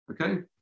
okay